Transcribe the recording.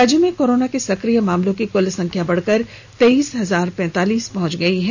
राज्य में कोरोना के सक्रिय मामलों की कुल संख्या बढ़कर तेइस हजार पैतालीस पहुंच गई है